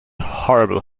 horrible